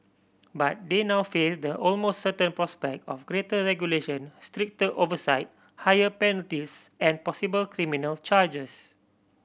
but they now face the almost certain prospect of greater regulation stricter oversight higher penalties and possible criminal charges